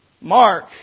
Mark